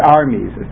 armies